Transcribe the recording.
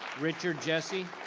richard jesse.